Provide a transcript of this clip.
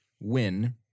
win